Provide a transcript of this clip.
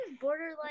borderline